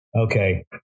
Okay